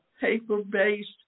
paper-based